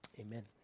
Amen